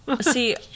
see